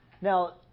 Now